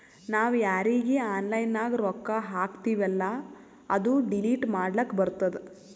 ನಾವ್ ಯಾರೀಗಿ ಆನ್ಲೈನ್ನಾಗ್ ರೊಕ್ಕಾ ಹಾಕ್ತಿವೆಲ್ಲಾ ಅದು ಡಿಲೀಟ್ ಮಾಡ್ಲಕ್ ಬರ್ತುದ್